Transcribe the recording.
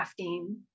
crafting